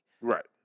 Right